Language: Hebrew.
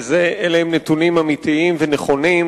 ואלה נתונים אמיתיים ונכונים,